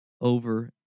over